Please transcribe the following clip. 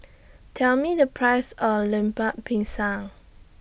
Tell Me The Price of Lemper Pisang